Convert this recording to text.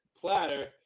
platter